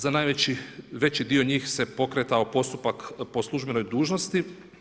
Za najveći veći dio njih se pokretao postupak po službenoj dužnosti.